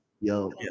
yo